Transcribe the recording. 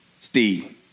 Steve